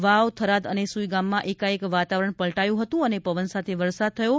વાવ થરાદ અને સુઇગામમાં એકાએક વાતાવરણ પલટાયું હતું અને પવન સાથે વરસાદ થયો હતો